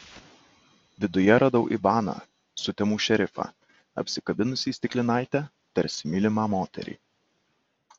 viduje radau ivaną sutemų šerifą apsikabinusį stiklinaitę tarsi mylimą moterį